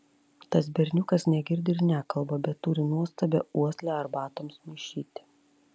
tas berniukas negirdi ir nekalba bet turi nuostabią uoslę arbatoms maišyti